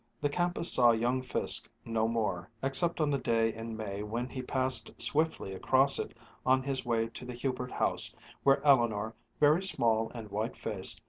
the campus saw young fiske no more, except on the day in may when he passed swiftly across it on his way to the hubert house where eleanor, very small and white-faced,